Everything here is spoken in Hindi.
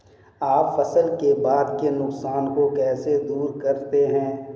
आप फसल के बाद के नुकसान को कैसे दूर करते हैं?